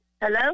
Hello